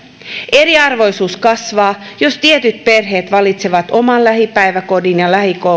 eriarvoisuus kasvaa jos tietyt perheet valitsevat oman lähipäiväkodin ja lähikoulun